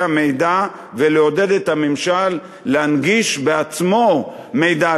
המידע ולעודד את הממשל להנגיש בעצמו מידע,